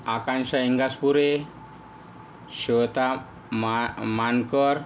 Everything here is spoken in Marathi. आकांशा इंगासपुरे श्वेता मान मानकर